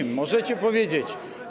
Możecie powiedzieć.